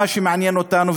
מה שמעניין אותנו,